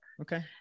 Okay